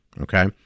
okay